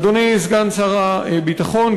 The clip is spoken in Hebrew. אדוני סגן שר הביטחון,